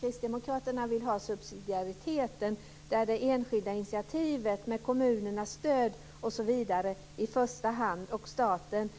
Kristdemokraterna vill ha subsidiariteten och det enskilda initiativet med kommunernas stöd i första hand och staten